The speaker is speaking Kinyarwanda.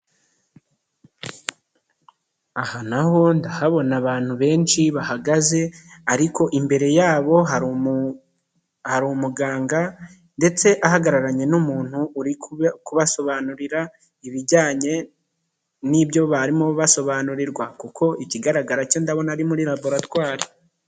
Aha naho habona abantu benshi bahagaze ariko imbere yabo hari hari umuganga ndetse ahagararanye n'umuntu uri kubasobanurira ibijyanye n'ibyo barimo basobanurirwa, kuko ikigaragara cyo ndabona ari muri laboratwari.